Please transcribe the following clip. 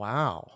Wow